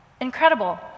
Incredible